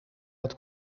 het